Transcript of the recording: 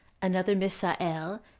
another misael,